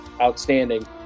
outstanding